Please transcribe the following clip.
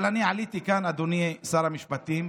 אבל אני עליתי לכאן, אדוני שר המשפטים,